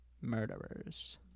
murderers